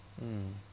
mm